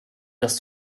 dass